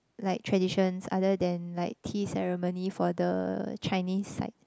like traditions other than like tea ceremony for the Chinese side